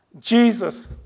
Jesus